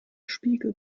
spiegel